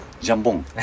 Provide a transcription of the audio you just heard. Jambon